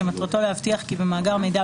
שמטרתו שאינו